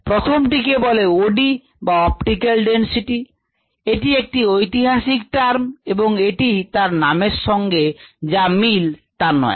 প্রথমটিকে বলে OD বা optical density এটি একটি ঐতিহাসিক টার্ম এবং এটি তার নামের সঙ্গে যা মিল তা নয়